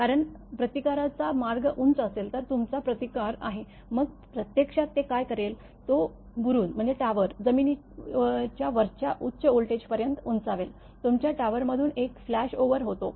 कारण प्रतिकाराचा मार्ग उंच असेल तर तुमचा प्रतिकार आहे मग प्रत्यक्षात ते काय करेल तो बुरूज जमिनीच्या वरच्या उच्च व्होल्टेजपर्यंत उंचावेल तुमच्या टॉवरमधून एक फ्लॅश ओव्हर होतो